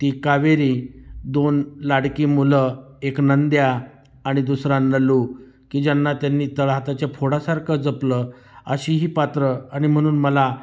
ती कावेरी दोन लाडकी मुलं एक नंद्या आणि दुसरा नलू की ज्यांना त्यांनी तळहाताच्या फोडासारखं जपलं अशीही पात्रं आणि म्हणून मला